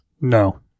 No